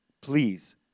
please